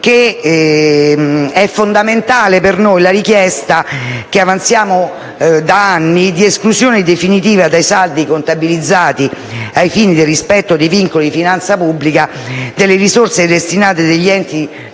che è fondamentale per noi la richiesta - che avanziamo da anni - di esclusione definitiva dai saldi contabilizzati, ai fini del rispetto dei vincoli di finanza pubblica, delle risorse destinate dagli enti locali